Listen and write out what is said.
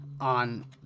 on